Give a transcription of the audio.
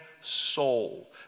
soul